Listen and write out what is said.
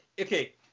okay